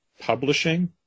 publishing